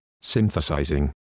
synthesizing